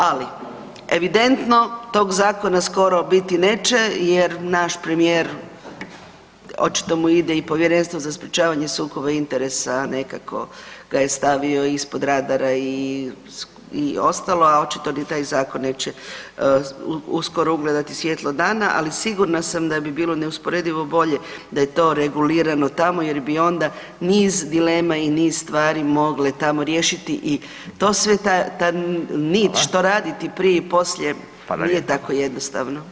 Ali evidentno tog zakona skoro biti neće jer naš premijer očito mu ide i Povjerenstvo za sprječavanje sukoba interesa, nekako ga je stavio ispod radara i ostalo, a očito ni taj zakon neće uskoro ugledati svjetlo dana, ali sigurna sam da bi bilo neusporedivo bolje da je to regulirano tamo jer bi onda niz dilema i niz stvari mogle tamo riješiti i to sve ta, ta nit što raditi prije i poslije nije tako jednostavno.